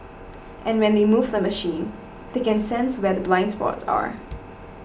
and when they move the machine they can sense where the blind spots are